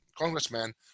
Congressman